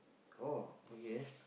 oh okay